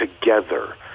together